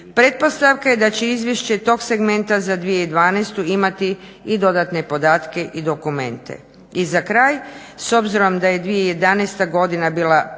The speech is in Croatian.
pretpostavka je da će izvješće tog segmenta za 2012.imati i dodatne podatke i dokumente. I za kraj s obzirom da je 2011.godina bila pravi